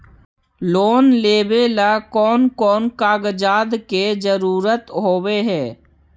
Loan लेबे ला कौन कौन कागजात के जरुरत होबे है?